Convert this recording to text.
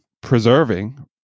preserving